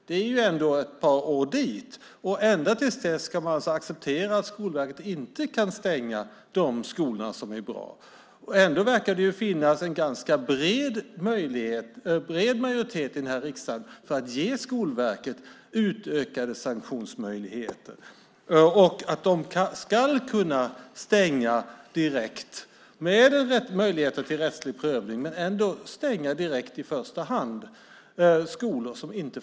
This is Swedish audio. Det är ändå ett par år dit, och ända till dess ska man alltså acceptera att Skolverket inte kan stänga de skolor som inte är bra. Ändå verkar det finnas en ganska bred majoritet i riksdagen för att ge Skolverket utökade sanktionsmöjligheter, så att de ska kunna stänga skolor direkt som inte fungerar bra, visserligen med möjligheter till rättslig prövning.